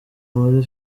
muri